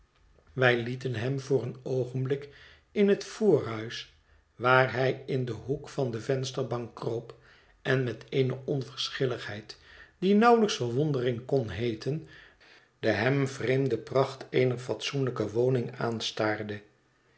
wij lieten hem voor een oogenblik in het voorhuis waar hij in den hoek van de vensterbank kroop en met eene onverschilligheid die nauwelijks verwondering kon heeten de hem vreemde pracht eener fatsoenlijke woning aanstaarde